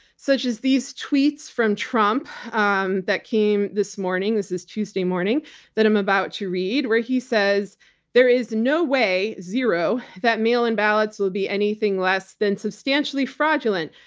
such as these tweets from trump um that came this morning. this is tuesday morning and i'm about to read where he says there is no way, zero, that mail in ballots will be anything less than substantially fraudulent.